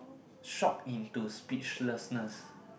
shock into speechlessness